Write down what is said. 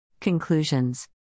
Conclusions